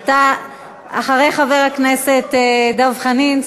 אתה אחרי חבר הכנסת דב חנין.